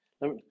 Let